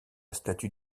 statue